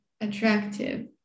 attractive